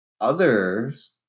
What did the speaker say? others